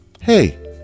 hey